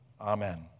Amen